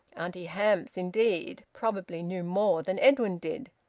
auntie hamps, indeed, probably knew more than edwin did,